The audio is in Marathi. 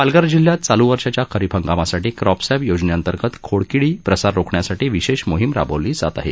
पालघर जिल्ह्यात चालू वर्षाच्या खरीप हंगामासाठी क्रॉपसॅप योजनेअंतर्गत खोडकिडी प्रसार रोखण्यासाठी विशेष मोहिम राबवली जात आहे